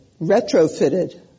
retrofitted